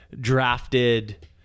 drafted